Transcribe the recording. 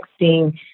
texting